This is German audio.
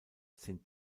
sind